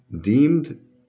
deemed